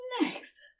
Next